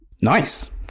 Nice